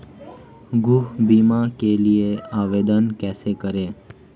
गृह बीमा के लिए आवेदन कैसे करें?